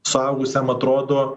suaugusiam atrodo